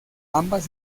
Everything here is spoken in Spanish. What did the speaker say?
ambas